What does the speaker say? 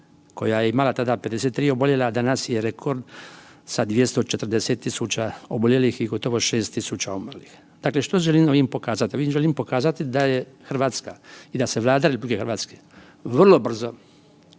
koja je imala tada 53 oboljela, a danas je rekord sa 240.000 oboljelih i gotovo 6.000 umrlih. Dakle što želim ovim pokazati? Ovim želim pokazati da je Hrvatska i da se Vlada RH vrlo brzo